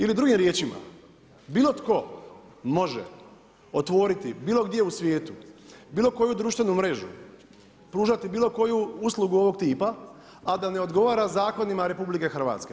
Ili drugim riječima, bilo tko, može, otvoriti, bilo gdje u svijetu, bilo koju društvenu mrežu, pružati bilo koju uslugu ovog tipa, a da ne zakonima RH.